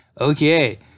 okay